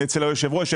היושב ראש,